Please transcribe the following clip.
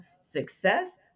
success